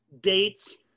dates